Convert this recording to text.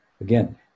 again